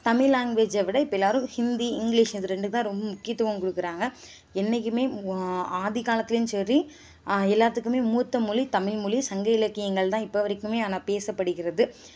தமிழ் லாங்குவேஜை விட இப்போ எல்லாரும் ஹிந்தி இங்கிலீஷ் இது ரெண்டுக்குதான் ரொம்ப முக்கியத்துவம் கொடுக்குறாங்க என்றைக்குமே ஆதிகாலத்திலயும் சரி எல்லாத்துக்குமே மூத்த மொழி தமிழ்மொழி சங்க இலக்கியங்கள்தான் இப்போ வரைக்குமே ஆனால் பேசப்படுகிறது